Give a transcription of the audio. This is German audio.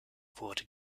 wurde